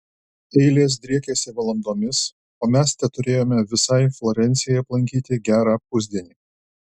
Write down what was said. eilės driekiasi valandomis o mes teturėjome visai florencijai aplankyti gerą pusdienį